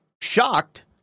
shocked